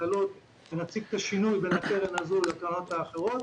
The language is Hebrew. כשנציג את השינוי בין הקרן הזאת לקרנות האחרות